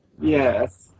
Yes